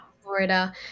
Florida